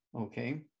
okay